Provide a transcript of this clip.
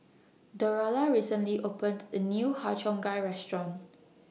Derola recently opened A New Har Cheong Gai Restaurant